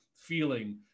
feeling